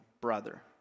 brother